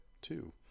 two